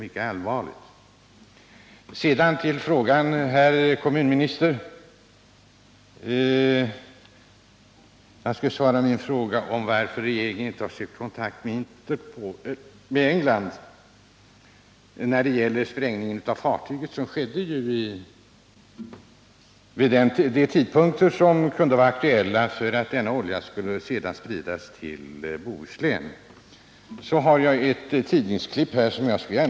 Beträffande frågan, herr kommunminister, om varför regeringen inte har sökt kontakt med England angående sprängningen av fartyget utanför den engelska sydostkusten, vilken skedde vid en sådan tidpunkt att det kan misstänkas ha varit denna olja som sedan spritt sig till Bohuslän, vill jag gärna till protokollet läsa in delar av ett tidningsurklipp som jag har här.